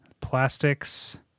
Plastics